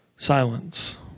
Silence